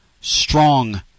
strong